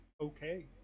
okay